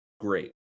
great